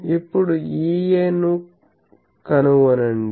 ఇప్పుడు EA ను కనుగొనండి